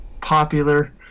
popular